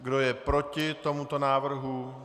Kdo je proti tomuto návrhu?